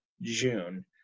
June